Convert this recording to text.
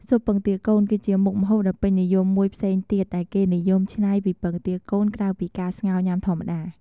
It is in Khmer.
ស៊ុបពងទាកូន គឺជាមុខម្ហូបដ៏ពេញនិយមមួយផ្សេងទៀតដែលគេនិយមច្នៃពីពងទាកូន ក្រៅពីការស្ងោរញ៉ាំធម្មតា។